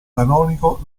canonico